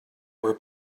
were